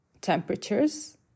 temperatures